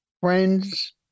friends